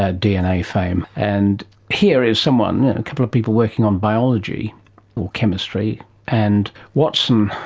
ah dna fame, and here is someone, a couple of people working on biology or chemistry and watson,